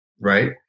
right